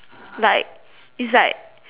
like is like